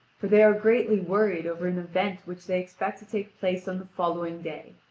for they are greatly worried over an event which they expect to take place on the following day,